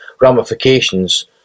ramifications